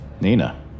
Nina